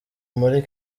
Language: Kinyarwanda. muri